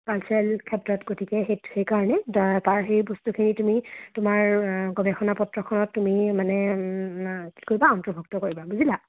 cultural ক্ষেত্ৰত গতিকে সে সেইকাৰণে তাৰ সেই বস্তুখিনি তুমি তোমাৰ গৱেষণা পত্ৰখনত তুমি মানে কি কৰিবা অন্তৰ্ভুক্ত কৰিবা বুজিলা